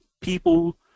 people